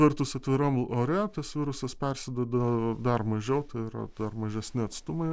vertus atviram ore tas virusas persiduoda dar mažiau tai yra dar mažesni atstumai